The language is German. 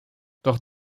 doch